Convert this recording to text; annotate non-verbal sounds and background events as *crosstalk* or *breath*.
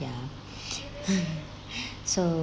ya *breath* *laughs* so